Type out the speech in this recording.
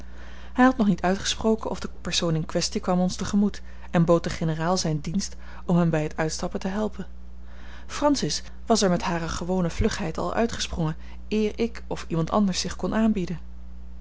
hij had nog niet uitgesproken of de persoon in kwestie kwam ons te gemoet en bood den generaal zijn dienst om hem bij het uitstappen te helpen francis was er met hare gewone vlugheid al uit gesprongen eer ik of iemand anders zich kon aanbieden